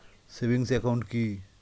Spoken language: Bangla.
সেভিংস একাউন্ট কি?